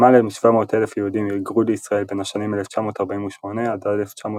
למעלה מ-700,000 יהודים היגרו לישראל בין השנים 1948 עד 1952,